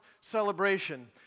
celebration